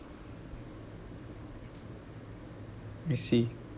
I see